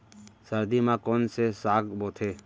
सर्दी मा कोन से साग बोथे?